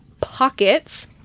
pockets